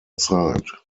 side